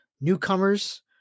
newcomers